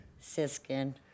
Siskin